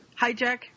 hijack